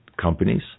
companies